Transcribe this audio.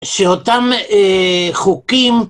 שאותם חוקים